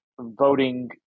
voting